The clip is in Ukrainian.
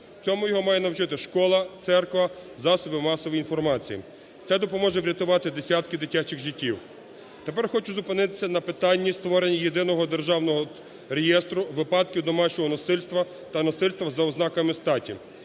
Цьому його має навчити школа, церква, засоби масової інформації. Це допоможе врятувати десятки дитячих життів. Тепер хочу зупинитися на питанні створенні Єдиного державного реєстру випадків домашнього насильства та насильства за ознаками статі.